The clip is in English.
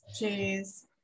Jeez